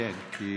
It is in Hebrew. כן, כי